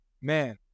Man